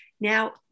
now